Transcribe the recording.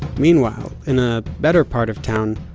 meanwhile, in a better part of town,